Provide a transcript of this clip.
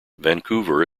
vancouver